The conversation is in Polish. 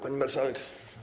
Pani Marszałek!